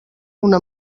una